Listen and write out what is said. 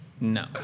No